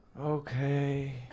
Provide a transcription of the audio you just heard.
Okay